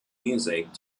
music